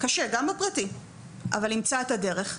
קשה גם בפרטי אבל ימצא את הדרך.